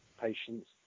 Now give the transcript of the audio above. patients